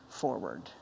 forward